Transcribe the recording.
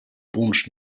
punts